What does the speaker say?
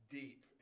deep